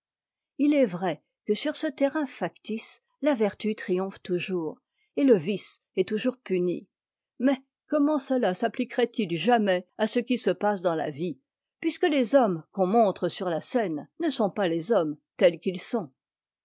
il est vrai que sur ce terrain factice la vertu triomphe toujours et le vice est toujours puni mais comment cela s'appliquerait il jamais à ce qui se passe dans la vie puisque les hommes qu'on montre sur la scène ne sont pas les hommes tels qu'ils sont